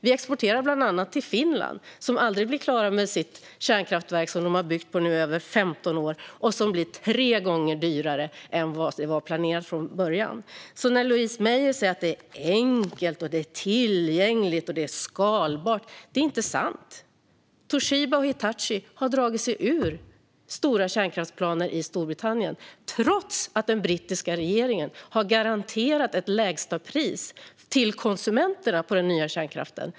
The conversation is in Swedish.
Vi exporterar bland annat till Finland, där de aldrig blir klara med sitt kärnkraftverk som de byggt på i över 15 år nu och som blir tre gånger dyrare än det var planerat från början. Louise Meijer säger att det är enkelt och tillgängligt och skalbart. Det är inte sant. Toshiba och Hitachi har dragit sig ur stora kärnkraftsplaner i Storbritannien trots att den brittiska regeringen har garanterat ett lägstapris till konsumenterna på den nya kärnkraften.